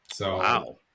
Wow